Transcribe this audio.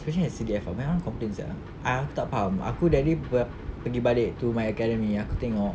especially S_C_D_F banyak orang complain sia aku tak faham aku that day pergi balik to my academy aku tengok